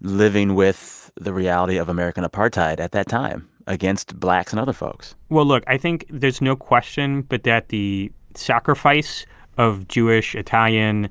living with the reality of american apartheid at that time against blacks and other folks well, look i think there's no question, but that the sacrifice of jewish, italian,